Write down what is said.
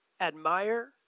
admire